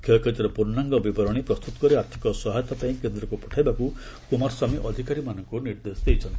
କ୍ଷୟକ୍ଷତିର ପୂର୍ଣ୍ଣାଙ୍ଗ ବିବରଣୀ ପ୍ରସ୍ତୁତ କରି ଆର୍ଥିକ ସହାୟତା ପାଇଁ କେନ୍ଦ୍ରକୁ ପଠାଇବାକୁ କୁମାରସ୍ୱାମୀ ଅଧିକାରୀମାନଙ୍କୁ ନିର୍ଦ୍ଦେଶ ଦେଇଛନ୍ତି